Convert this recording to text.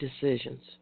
decisions